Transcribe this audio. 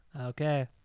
Okay